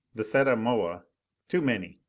the setta moa too many.